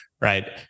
right